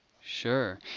Sure